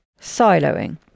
siloing